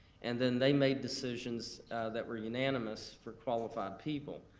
and then they made decisions that were unanimous for qualified people.